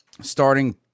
starting